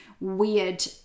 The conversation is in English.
weird